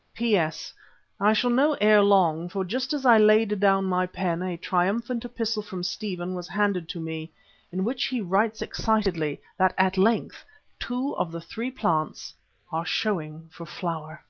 p s i shall know ere long, for just as i laid down my pen a triumphant epistle from stephen was handed to me in which he writes excitedly that at length two of the three plants are showing for flower.